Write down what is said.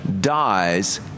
dies